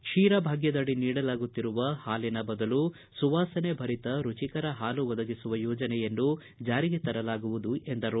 ಕ್ಷೀರ ಭಾಗ್ತದಡಿ ನೀಡಲಾಗುತ್ತಿರುವ ಹಾಲಿನ ಬದಲು ಸುವಾಸನೆ ಭರಿತ ರುಚಿಕರ ಹಾಲು ಒದಗಿಸುವ ಯೋಜನೆಯನ್ನು ಜಾರಿಗೆ ತರಲಾಗುವುದು ಎಂದರು